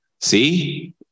See